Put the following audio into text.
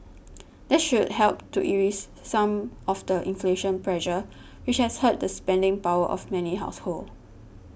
that should help to ease some of the inflation pressure which has hurt the spending power of many households